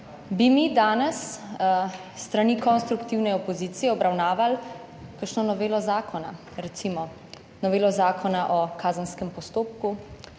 bi mi danes s strani konstruktivne opozicije obravnavali kakšno novelo zakona, recimo, novelo Zakona o kazenskem postopku,